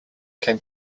came